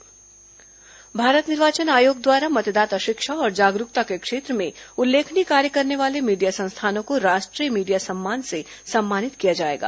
राष्ट्रीय मीडिया सम्मान आवेदन भारत निर्वाचन आयोग द्वारा मतदाता शिक्षा और जागरूकता के क्षेत्र में उल्लेखनीय कार्य करने वाले मीडिया संस्थानों को राष्ट्रीय मीडिया सम्मान से सम्मानित किया जाएगा